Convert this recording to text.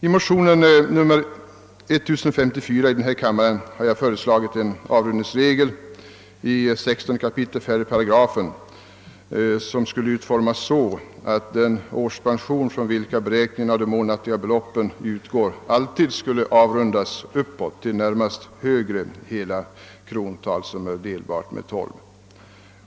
I motionen 1054 i denna kammare har jag föreslagit att avrundningsregeln i 16 kap. 4 § skulle utformas så att den årspension, från vilken beräkningen av de månatliga beloppen utgår, alltid skulle avrundas till närmast högre hela krontal som är delbart med tolv.